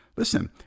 Listen